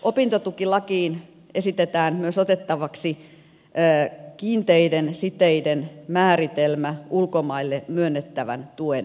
opintotukilakiin esitetään myös otettavaksi kiinteiden siteiden määritelmä ulkomaille myönnettävän tuen ehdoksi